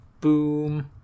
boom